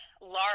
large